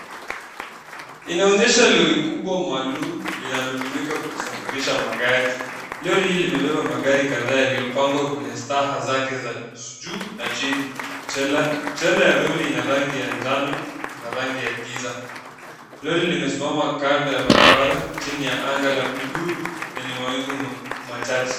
Inaonyesha lori kubwa maalum linalotumika kusafirisha magari, lori limebeba magari kadhaa iliopangwa kwenye staha zake za juu na jini, tele la lori lina rangi ya njano na rangi ya gira ,lori limesimama kando ya barabara jini ya anga la blue lenye mawingu machache.